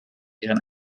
ihren